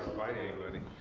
bite anybody.